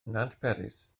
nantperis